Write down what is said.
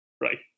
Right